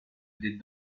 des